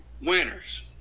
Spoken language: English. Winners